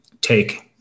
take